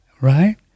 right